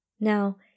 now